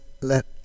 let